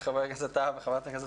הדיון.